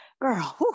girl